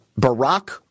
Barack